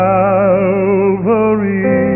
Calvary